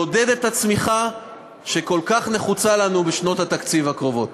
לעודד את הצמיחה שכל כך נחוצה לנו בשנות התקציב הקרובות.